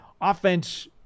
offense